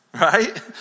right